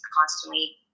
constantly